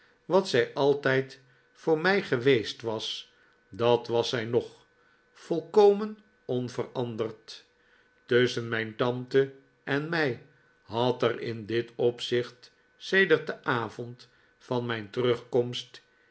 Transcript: wat zij altijd voor mij geweest was dat was zij nog volkomen onveranderd tusschen mijn tante en mij had er in dit opzicht sedert den avond van mijn terugkomst